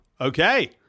Okay